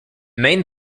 main